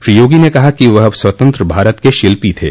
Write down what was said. श्री यागी ने कहा कि वह स्वतंत्र भारत के शिल्पी थे